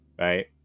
right